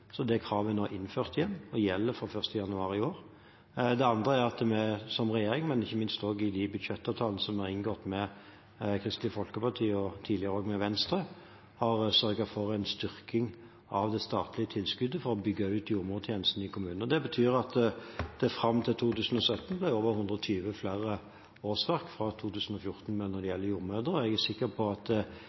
Det kravet er nå innført igjen og gjelder fra 1. januar i år. Det andre er at vi som regjering – ikke minst i budsjettavtalene som er inngått med Kristelig Folkeparti og tidligere også med Venstre – har sørget for å styrke det statlige tilskuddet for å bygge ut jordmortjenesten i kommunene. Det betyr at det fra 2014 til 2017 ble over 120 flere årsverk for jordmødre. Jeg er sikker på at